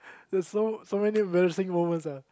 you got so so many embarrassing moments ah